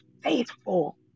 faithful